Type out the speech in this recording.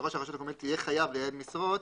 שראש הרשות יהיה חייב לייעד משרות